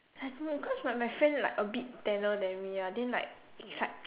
I don't know cause my my friend like a bit tanner than me ah then like like